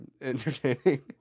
entertaining